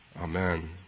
Amen